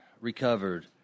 Recovered